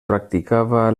practicava